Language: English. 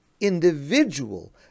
individual